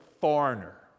foreigner